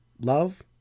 love